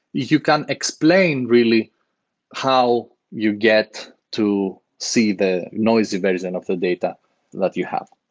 you can explain really how you get to see the noisy version of the data that you have.